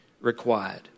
required